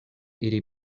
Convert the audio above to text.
iri